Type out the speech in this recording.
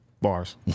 Bars